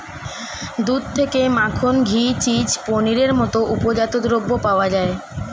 দুধ থেকে মাখন, ঘি, চিজ, পনিরের মতো উপজাত দ্রব্য পাওয়া যায়